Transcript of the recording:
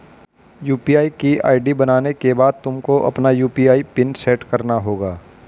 UPI की ID बनाने के बाद तुमको अपना यू.पी.आई पिन सैट करना होगा